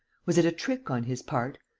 was it a trick on his part?